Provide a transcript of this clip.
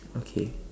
okay